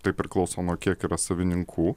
tai priklauso nuo kiek yra savininkų